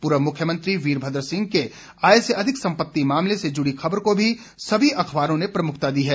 पूर्व मुख्यमंत्री वीरभद्र सिंह के आय से अधिक संपत्ति मामले से जुड़ी खबर को भी सभी अखबारों ने प्रमुखता दी है